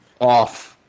off